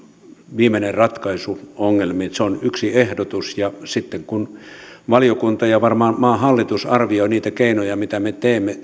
viimeinen ratkaisu ongelmiin se on yksi ehdotus ja sitten valiokunta ja varmaan maan hallitus arvioivat niitä keinoja mitä me teemme